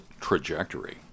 trajectory